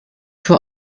für